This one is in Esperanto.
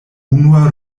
unua